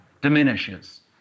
diminishes